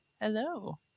Hello